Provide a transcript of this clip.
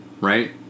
right